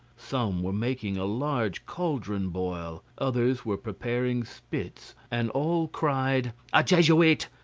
some were making a large cauldron boil, others were preparing spits, and all cried a jesuit!